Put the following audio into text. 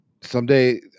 Someday